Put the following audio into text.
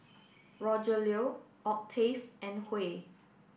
Rogelio Octave and Huey